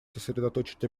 сосредоточить